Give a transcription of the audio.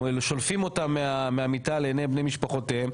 שולפים אותם מהמיטה לעיני בני משפחותיהם,